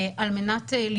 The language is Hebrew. בוקר טוב.